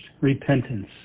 repentance